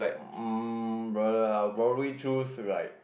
um brother I'll probably choose like